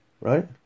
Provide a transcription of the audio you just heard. Right